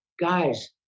guys